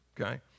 Okay